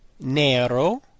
nero